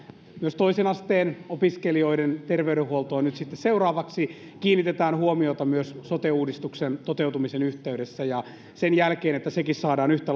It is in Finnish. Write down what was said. myös toisen asteen opiskelijoiden terveydenhuoltoon nyt sitten seuraavaksi kiinnitetään huomiota myös sote uudistuksen toteutumisen yhteydessä ja sen jälkeen että sekin saadaan yhtä